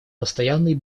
постоянной